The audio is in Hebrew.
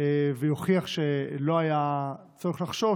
ויוכיח שלא היה צריך לחשוש,